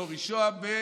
לאורי שוהם,